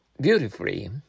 beautifully